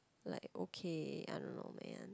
like okay I don't know man